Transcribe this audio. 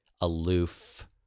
aloof